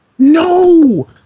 no